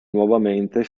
nuovamente